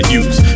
use